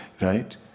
right